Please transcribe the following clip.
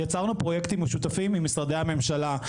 יצרנו פרויקטים משותפים עם משרדי ממשלה.